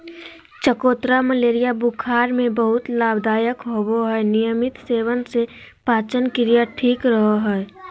चकोतरा मलेरिया बुखार में बहुत लाभदायक होवय हई नियमित सेवन से पाचनक्रिया ठीक रहय हई